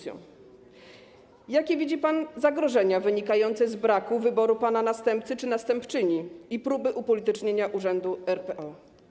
Jakie widzi pan zagrożenia wynikające z braku wyboru pana następcy czy następczyni i próby upolitycznienia urzędu RPO?